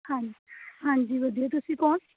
ਹਾਂਜੀ ਹਾਂਜੀ ਵਧੀਆ ਤੁਸੀਂ ਕੌਣ